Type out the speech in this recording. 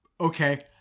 Okay